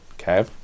okay